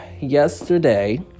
Yesterday